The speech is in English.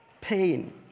pain